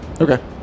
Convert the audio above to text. Okay